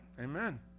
Amen